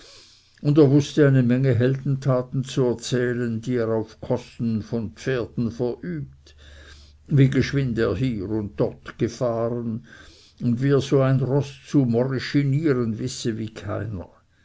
und er wußte eine menge heldentaten zu erzählen die er auf kosten von pferden verübt wie geschwind er hier und dort gefahren und wie er so ein roß zu morischinieren wisse wie keiner